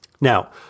Now